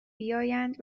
بیایند